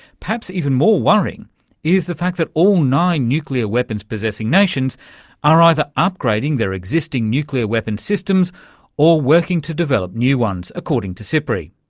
perhaps even more worrying is the fact that all nine nuclear-weapons-possessing nations are either upgrading their existing nuclear weapons systems or working to develop new ones, according to sipri.